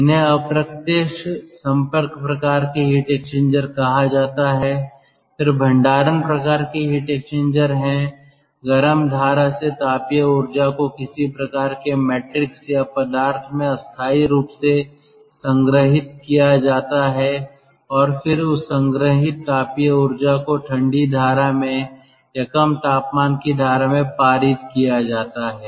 इन्हें अप्रत्यक्ष संपर्क प्रकार के हीट एक्सचेंजर कहा जाता है फिर भंडारण प्रकार के हीट एक्सचेंजर है गर्म धारा से तापीय ऊर्जा को किसी प्रकार के मैट्रिक्स या पदार्थ में अस्थायी रूप से संग्रहीत किया जाता है और फिर उस संग्रहीत तापीय ऊर्जा को ठंडी धारा में या कम तापमान की धारा में पारित किया जाता है